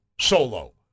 solo